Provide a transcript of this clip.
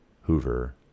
Hoover